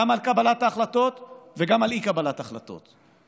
גם על קבלת ההחלטות וגם על אי-קבלת החלטות.